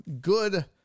good